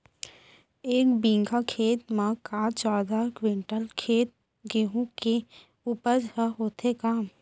एक बीघा खेत म का चौदह क्विंटल गेहूँ के उपज ह होथे का?